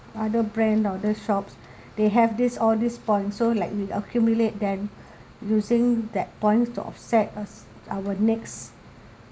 other brand other shops they have this all this point so like we accumulate them using that points to offset a our next